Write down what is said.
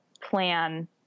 plan